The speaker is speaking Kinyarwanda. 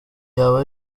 yaba